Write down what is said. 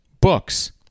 Books